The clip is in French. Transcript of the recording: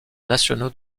nationaux